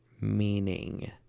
meaning